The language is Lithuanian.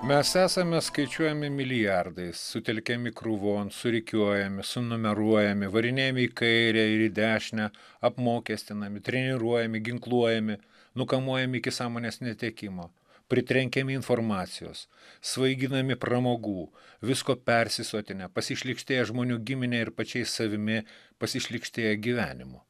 mes esame skaičiuojami milijardais sutelkiami krūvon surikiuojami sunumeruojami varinėjami į kairę ir į dešinę apmokestinami treniruojami ginkluojami nukamuojami iki sąmonės netekimo pritrenkiami informacijos svaiginami pramogų visko persisotinę pasišlykštėję žmonių gimine ir pačiais savimi pasišlykštėję gyvenimu